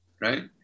right